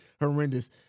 horrendous